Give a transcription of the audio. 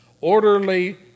orderly